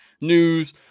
news